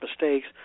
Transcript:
mistakes